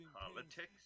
Politics